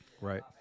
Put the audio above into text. Right